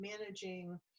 managing